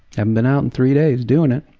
and been out in three days, doing it',